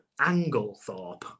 anglethorpe